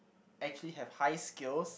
actually have high skills